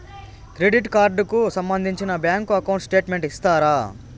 Credit card కు సంబంధించిన bank account statement ఇస్తారా?